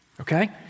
okay